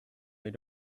they